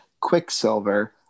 Quicksilver